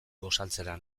gosaltzera